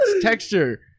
texture